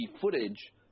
footage